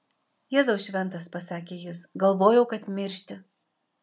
jėzau šventas pasakė jis galvojau kad miršti